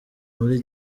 muri